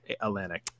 Atlantic